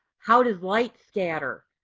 how does light scatter.